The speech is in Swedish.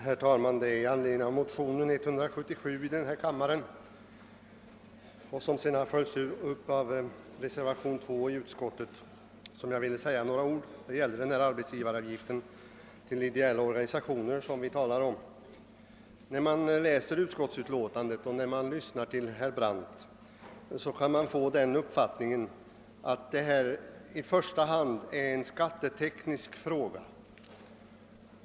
Herr talman! Det är med anledning av motionen nr 177 i denna kammare, som följs upp av reservation 2, som jag vill säga några ord. I motionen föreslås att vissa ideella organisationer skall befrias från arbetsgivaravgift. När man läser utskottsbetänkandet och när man lyssnar till herr Brandt kan man få den uppfattningen, att detta i första hand är en skatteteknisk fråga.